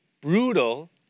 brutal